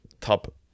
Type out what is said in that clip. top